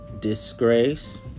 disgrace